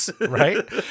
right